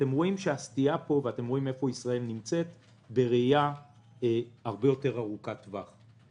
אתם רואים שהסטייה פה ואיפה ישראל נמצאת בראייה הרבה יותר ארוכת טווח.